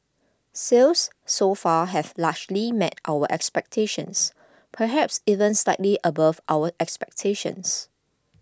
sales so far have largely met our expectations perhaps even slightly above our expectations